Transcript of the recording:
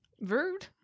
Rude